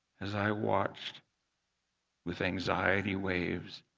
as i watched with anxiety waves,